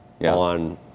on